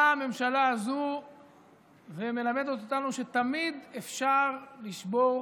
באה הממשלה הזאת ומלמדת אותנו שתמיד אפשר לשבור